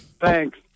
Thanks